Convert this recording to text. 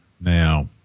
Now